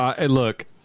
look